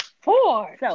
Four